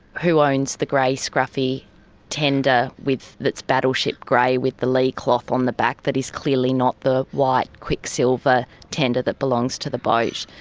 who owns the grey scruffy tender that's battleship grey with the lee-cloth on the back, that is clearly not the white quicksilver tender that belongs to the boat?